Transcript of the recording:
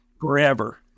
forever